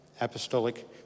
apostolic